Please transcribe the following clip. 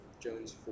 Jones